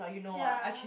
ya